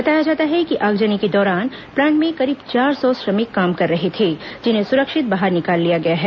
बताया जाता है कि आगजनी के दौरान प्लांट में करीब चार सौ श्रमिक काम कर रहे थे जिन्हें सुरक्षित बाहर निकाल लिया गया है